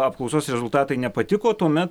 apklausos rezultatai nepatiko tuomet